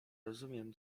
rozumiem